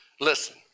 Listen